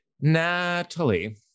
Natalie